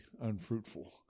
unfruitful